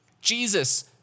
Jesus